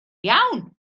iawn